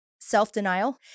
Self-denial